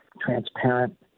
transparent